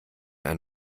ein